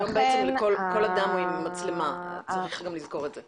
היום בעצם כל אדם הוא עם מצלמה - צריך גם לזכור את זה